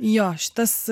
jo šitas